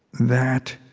that,